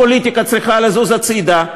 הפוליטיקה צריכה לזוז הצדה,